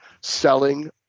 selling